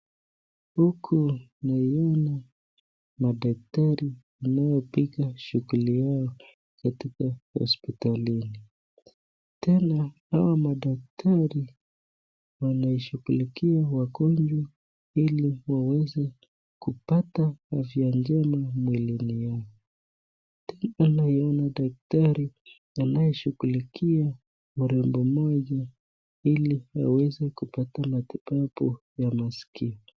Huku naiona madaktari wanaopiga shughuli yao katika hosipitalini , tena hao madaktari wanashughulikia wagonjwa hili waweze kupata afya njema mwilini yao tena naiona daktari anaeshighulikia mrembo mmoja hili waweze kupata matibabu ya maskio.